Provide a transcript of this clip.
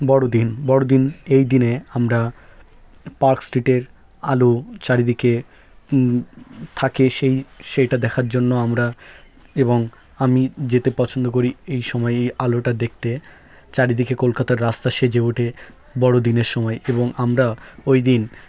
বড়দিন বড়দিন এই দিনে আমরা পার্কস্ট্রিটের আলো চারিদিকে থাকে সেই সেটা দেখার জন্য আমরা এবং আমি যেতে পছন্দ করি এই সময়েই আলোটা দেখতে চারদিকে কলকাতার রাস্তা সেজে ওটে বড়দিনের সময়ে এবং আমরা ওই দিন